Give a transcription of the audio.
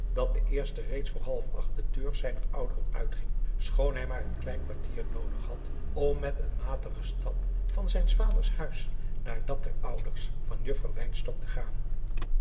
dat de eerste reeds voor half acht de deur zijner ouderen uitging schoon hij maar een klein kwartier noodig had om met een matigen stap van zijns vaders huis naar dat der ouders van juffrouw wynstok te gaan